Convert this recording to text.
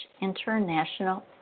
international